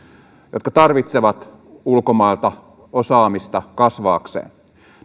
jotka tarvitsevat ulkomailta osaamista kasvaakseen